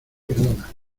perdona